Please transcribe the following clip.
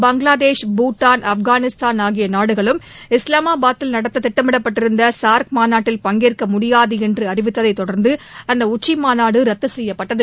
பங்களாதேஷ் பூட்டான் ஆப்கானிஸ்தான் ஆகிய நாடுகளும் இஸ்லாமாபாத்தில் நடத்த திட்டமிடப்பட்டிருந்த சார்க் மாநாட்டில் பங்கேற்க முடியாது என்று அறிவித்ததை தொடர்ந்து அந்த உச்சிமாநாடு ரத்து செய்யப்பட்டது